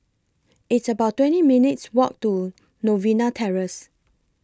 It's about twenty minutes' Walk to Novena Terrace